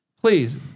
please